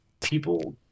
people